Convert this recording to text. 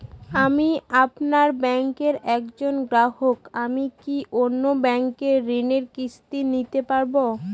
আমি আপনার ব্যাঙ্কের একজন গ্রাহক আমি কি অন্য ব্যাঙ্কে ঋণের কিস্তি দিতে পারবো?